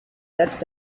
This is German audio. selbst